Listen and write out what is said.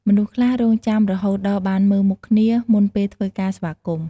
មនុស្សខ្លះរង់ចាំរហូតដល់ បានមើលមុខគ្នា មុនពេលធ្វើការស្វាគមន៍។